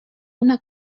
una